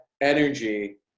energy